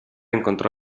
incontrò